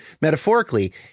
metaphorically